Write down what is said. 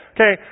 Okay